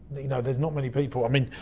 you know there's not many people, i mean,